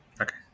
Okay